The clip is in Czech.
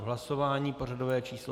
Hlasování pořadové číslo 146.